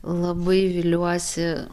labai viliuosi